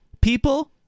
people